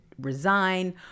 resign